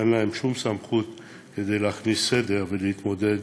אין להם שום סמכות להכניס סדר ולהתמודד